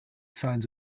signs